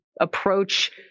approach